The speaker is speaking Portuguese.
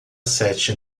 sete